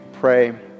pray